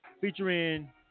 featuring